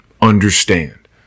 understand